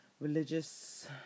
religious